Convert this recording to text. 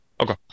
Okay